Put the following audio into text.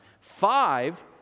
Five